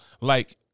like-